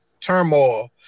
turmoil